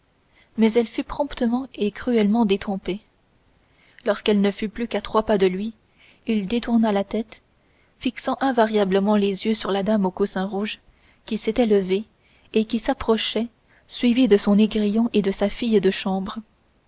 mais elle fut promptement et cruellement détrompée lorsqu'elle ne fut plus qu'à trois pas de lui il détourna la tête fixant invariablement les yeux sur la dame au coussin rouge qui s'était levée et qui s'approchait suivie de son négrillon et de sa fille de chambre